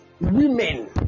women